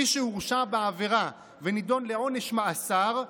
מי שהורשע בעבירה ונידון לעונש מאסר,